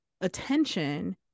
attention